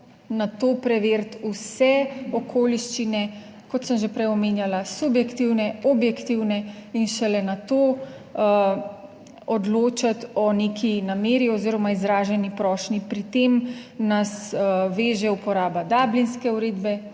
nato preveriti vse okoliščine, kot sem že prej omenjala, subjektivne, objektivne in šele nato odločiti o neki nameri oziroma izraženi prošnji, pri tem nas veže uporaba Dublinske uredbe,